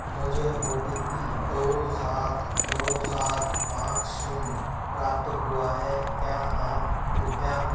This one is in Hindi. मुजे ओ टी पी दो सात दो सात पाँच शून्य प्राप्त हुआ है क्या आप कृप्या